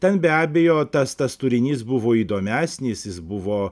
ten be abejo tas tas turinys buvo įdomesnis jis buvo